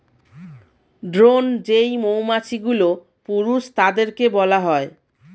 drone যেই মৌমাছিগুলো, পুরুষ তাদেরকে বলা হয়